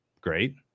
great